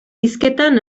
hizketan